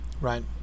right